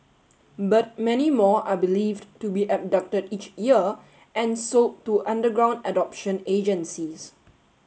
but many more are believed to be abducted each year and sold to underground adoption agencies